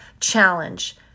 challenge